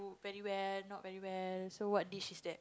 cook very well not very well so what dish is that